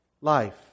life